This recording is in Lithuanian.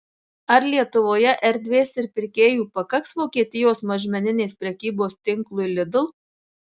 ar lietuvoje erdvės ir pirkėjų pakaks vokietijos mažmeninės prekybos tinklui lidl